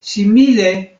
simile